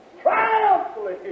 triumphantly